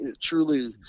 truly